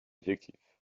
effectifs